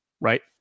right